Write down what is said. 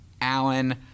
Allen